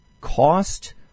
cost